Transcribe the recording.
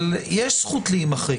אבל יש זכות להימחק.